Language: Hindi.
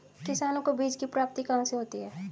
किसानों को बीज की प्राप्ति कहाँ से होती है?